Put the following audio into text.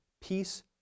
peace